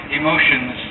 emotions